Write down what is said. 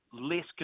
less